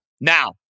Now